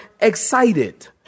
excited